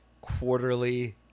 quarterly